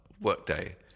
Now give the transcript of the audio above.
workday